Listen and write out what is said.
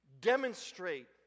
demonstrate